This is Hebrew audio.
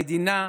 המדינה,